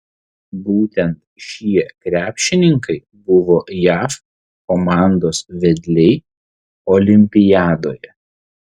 būtent šie krepšininkai buvo jav komandos vedliai olimpiadoje